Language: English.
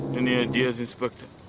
any ideas inspector?